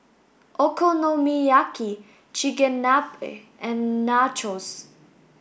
Okonomiyaki Chigenabe and Nachos